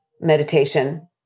meditation